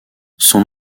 son